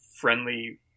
friendly